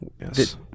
Yes